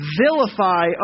vilify